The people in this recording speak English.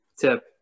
tip